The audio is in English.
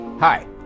Hi